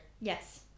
Yes